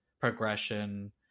progression